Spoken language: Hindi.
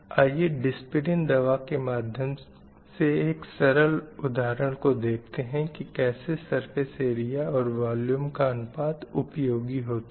आइए डिस्पिरिन दावा के माध्यम से एक सरल उदाहरण को देखते हैं की कैसे सरफ़ेस ऐरिया और वॉल्यूम का अनुपात उपयोगी होता है